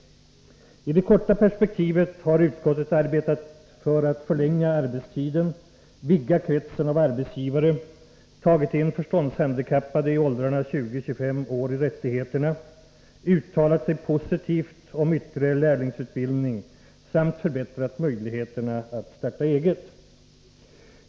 I det korta perspektivet har utskottet förlängt arbetstiden, vidgat kretsen av arbetsgivare, låtit förståndshandikappade i åldrarna 20-25 år omfattas av rättigheterna, uttalat sig positivt om ytterligare lärlingsutbildning samt förbättrat möjligheterna att ”starta eget”.